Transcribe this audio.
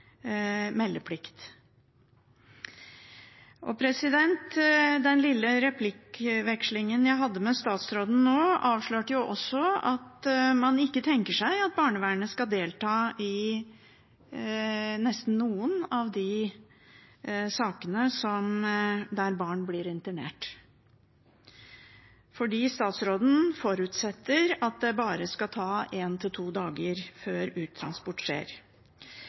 Den lille replikkvekslingen jeg hadde med statsråden nå, avslørte at man ikke tenker seg at barnevernet skal delta i nesten noen av de sakene der barn blir internert, fordi statsråden forutsetter at det bare skal ta én til to dager før uttransport skjer.